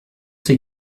ces